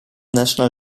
national